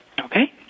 Okay